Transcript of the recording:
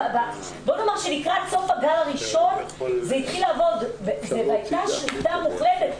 לקראת סוף הגל הראשון זה התחיל לעבוד והייתה שליטה מוחלטת.